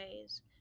ways